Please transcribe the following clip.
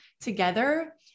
together